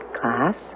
class